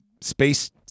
space